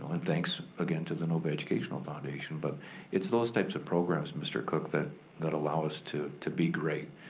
and thanks again to the novi educational foundation. but it's those types of programs, mr. cook, that that allow us to to be great.